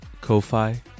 Ko-Fi